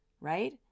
Right